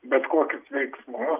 bet kokius veiksmu